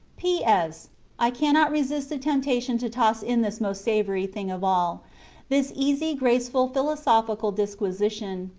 p s i cannot resist the temptation to toss in this most savory thing of all this easy, graceful, philosophical disquisition,